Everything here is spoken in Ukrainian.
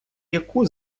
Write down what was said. яку